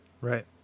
Right